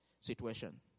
situation